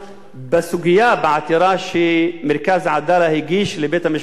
שמרכז "עדאלה" הגיש לבית-המשפט בשם האוכלוסייה הערבית,